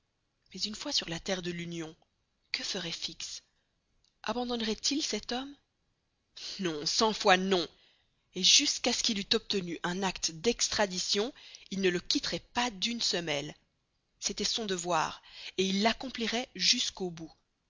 mais une fois sur la terre de l'union que ferait fix abandonnerait il cet homme non cent fois non et jusqu'à ce qu'il eût obtenu un acte d'extradition il ne le quitterait pas d'une semelle c'était son devoir et il l'accomplirait jusqu'au bout